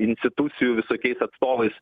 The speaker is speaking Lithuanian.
institucijų visokiais atstovais